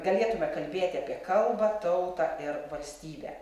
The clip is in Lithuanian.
galėtume kalbėti apie kalbą tautą ir valstybę